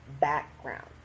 background